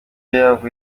nabwo